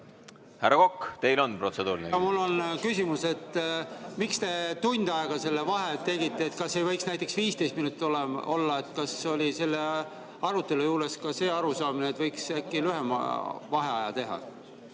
Härra Kokk, teil on protseduuriline. Mul on küsimus, miks te tund aega selle vahe teete. Kas ei võiks näiteks 15 minutit olla? Kas oli selle arutelu juures ka [ettepanek], et võiks äkki lühema vaheaja teha?